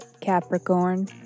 Capricorn